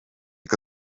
que